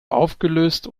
aufgelöst